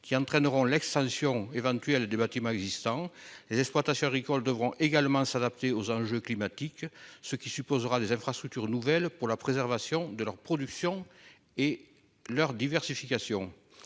entraînant l'extension éventuelle des bâtiments existants. Les exploitations agricoles devront également s'adapter aux enjeux climatiques, ce qui supposera des infrastructures nouvelles pour la préservation de leur production et leur diversification.